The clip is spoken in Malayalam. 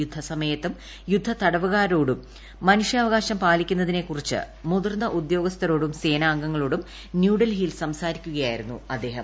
യുദ്ധസമയത്തും യുദ്ധതടവുകാരോട്ടുക മനു്ഷ്യാവകാശം പാലിക്കുന്നതിനെക്കുറിച്ച് മുതിർന്ന് ഉദ്ദേട് ്ഗസ്ഥരോടും സേനാംഗങ്ങളോടും ന്യൂഡൽഹിയിൽ സംസാരിക്കുകിയ്യായിരുന്നു അദ്ദേഹം